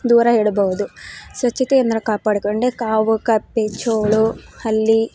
ದೂರ ಇಡಬಹುದು ಸ್ವಚ್ಛತೆಯಂದ್ರ ಕಾಪಾಡಿಕೊಂಡರೆ ಹಾವು ಕಪ್ಪೆ ಚೇಳು ಹಲ್ಲಿ